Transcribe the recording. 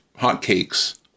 hotcakes